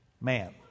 man